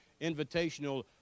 invitational